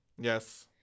yes